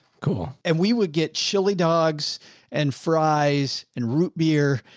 cool. and we would get chili, dogs and fries. and root beer.